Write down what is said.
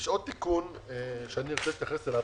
יש עוד תיקון שאני רוצה להתייחס אליו.